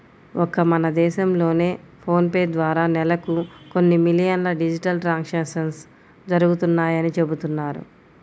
ఒక్క మన దేశంలోనే ఫోన్ పే ద్వారా నెలకు కొన్ని మిలియన్ల డిజిటల్ ట్రాన్సాక్షన్స్ జరుగుతున్నాయని చెబుతున్నారు